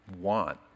want